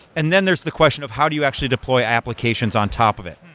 and then there's the question of how do you actually deploy applications on top of it?